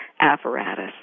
apparatus